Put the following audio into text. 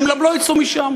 הם גם לא יצאו משם.